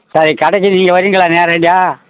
சரி கடைக்கி நீங்கள் வர்றீங்களா நேரடியாக